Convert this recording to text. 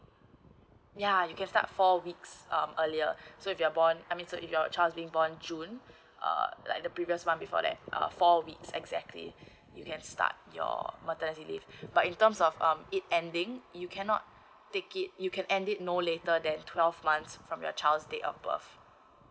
ya you can start four weeks um earlier so if you're born I mean so if your child is being born june uh like the previous one before that uh four weeks exactly you can start your maternity leave but in terms of um it ending you cannot take it you can end it no later than twelve months from your child's date of birth